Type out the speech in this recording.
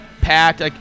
packed